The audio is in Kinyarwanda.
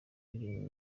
filime